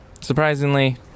surprisingly